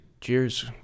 Cheers